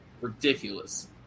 ridiculous